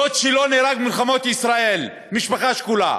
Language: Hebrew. דוד שלו נהרג במלחמות ישראל, משפחה שכולה,